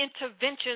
intervention